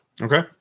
Okay